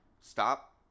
Stop